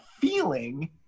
feeling